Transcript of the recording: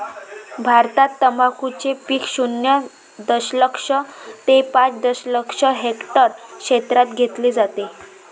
भारतात तंबाखूचे पीक शून्य दशलक्ष ते पाच दशलक्ष हेक्टर क्षेत्रात घेतले जाते